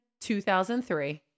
2003